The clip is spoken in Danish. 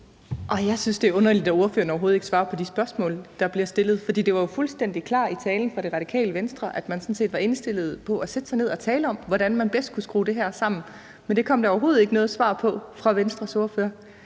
Jeg synes, det er underligt, at ordføreren overhovedet ikke svarer på de spørgsmål, der bliver stillet. For det var jo fuldstændig klar tale fra Radikale Venstre, at man sådan set var indstillet på at sætte sig ned og tale om, hvordan man bedst kunne skrue det her sammen, men det kom der overhovedet ikke noget svar på fra Venstres ordfører.